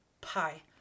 pie